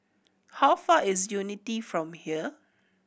how far is Unity from here